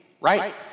right